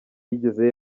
yigeze